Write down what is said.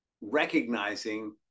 recognizing